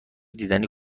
دیدنی